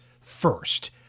first